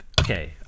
Okay